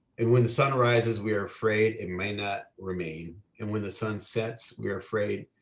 and when the sunrises we are afraid, it may not remain. and when the sun sets we are afraid,